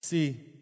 See